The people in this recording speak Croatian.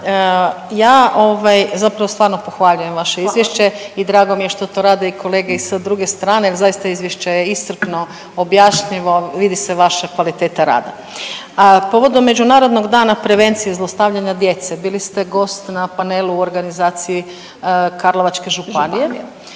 ovaj zapravo stvarno pohvaljujem vaše izvješće i drago mi je što to rade i kolege i sa druge strane, zaista izvješće je iscrpno, objašnjivo, vidi se vaša kvaliteta rada. A povodom Međunarodnog dana prevencije zlostavljanja djece, bili ste gost na panelu u organizaciji Karlovačke županije,